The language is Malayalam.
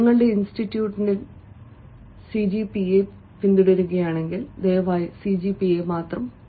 നിങ്ങളുടെ ഇൻസ്റ്റിറ്റ്യൂട്ട് സിജിപിഎ പിന്തുടരുകയാണെങ്കിൽ ദയവായി സിജിപിഎ പരാമർശിക്കുക